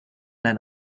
then